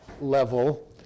level